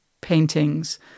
paintings